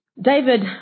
David